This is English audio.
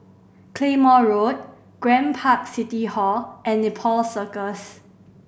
Claymore Road Grand Park City Hall and Nepal Circus